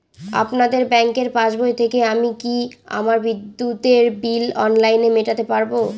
আপনাদের ব্যঙ্কের পাসবই থেকে আমি কি আমার বিদ্যুতের বিল অনলাইনে মেটাতে পারবো?